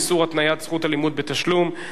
איסור התניית זכות הלימוד בתשלום),